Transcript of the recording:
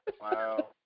Wow